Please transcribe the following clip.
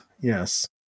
yes